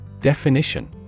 Definition